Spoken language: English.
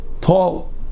tall